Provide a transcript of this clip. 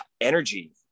energy